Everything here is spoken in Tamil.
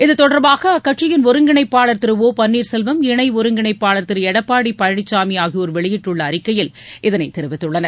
இதுதொடர்பாக அக்கட்சியின் ஒருங்கிணைப்பாளர் திரு ஒ பள்ளீர் செல்வம் இணை ஒருங்கிணைப்பாளர் திரு எடப்பாடி பழனிசாமி ஆகியோர் வெளியிட்டுள்ள அறிக்கையில் இதனை தெரிவித்துள்ளனர்